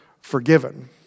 forgiven